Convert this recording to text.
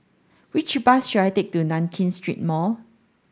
which bus should I take to Nankin Street Mall